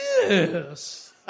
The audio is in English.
yes